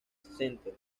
center